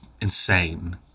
insane